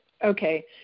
Okay